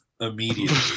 immediately